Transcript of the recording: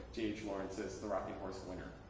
d h. lawrence's the rocking horse winner.